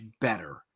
better